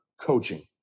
coaching